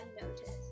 unnoticed